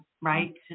right